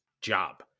job